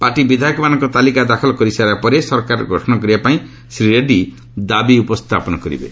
party ବିଧାୟକମାନଙ୍କ ତାଲିକା ଦାଖଲ କରିସାରିବା ପରେ ସରକାର ଗଠନ କରିବାପାଇଁ ସେ ଦାବି ଉପସ୍ଥାପନ କରିବେ